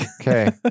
Okay